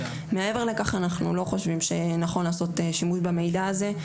מעבר לכך אנחנו לא חושבים שנכון לעשות שימוש במידע הזה.